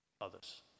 others